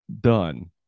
done